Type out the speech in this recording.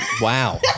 Wow